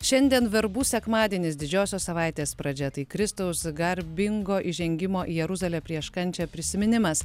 šiandien verbų sekmadienis didžiosios savaitės pradžia tai kristaus garbingo įžengimo į jeruzalę prieš kančią prisiminimas